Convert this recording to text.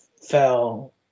fell